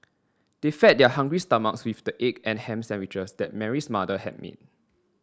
they fed their hungry stomachs with the egg and ham sandwiches that Mary's mother had made